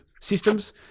systems